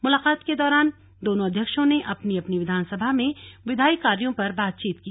मुलाकात के दौरान दोनों अध्यक्षों ने अपनी अपनी विधानसभा में विधायी कार्यो पर बातचीत की